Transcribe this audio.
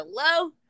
Hello